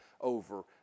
over